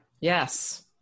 Yes